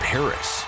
Paris